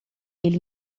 ele